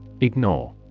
Ignore